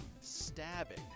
stabbing